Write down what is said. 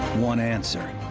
one answer